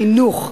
חינוך,